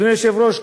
אדוני היושב-ראש,